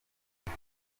ako